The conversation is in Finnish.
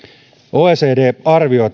oecd arvioi